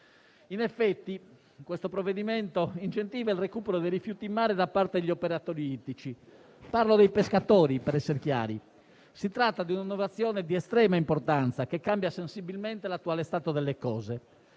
In effetti questo provvedimento incentiva il recupero dei rifiuti in mare da parte degli operatori ittici, e parlo dei pescatori, per essere chiari. Si tratta di un'innovazione di estrema importanza, che cambia sensibilmente l'attuale stato delle cose.